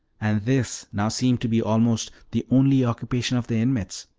and this now seemed to be almost the only occupation of the inmates,